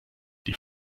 die